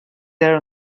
there